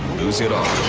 lose it all.